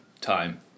Time